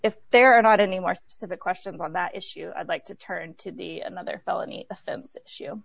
if there are not any more specific questions on that issue i'd like to turn to the another felony